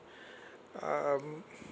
um